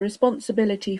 responsibility